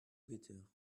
better